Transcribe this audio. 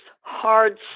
hard